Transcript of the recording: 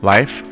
Life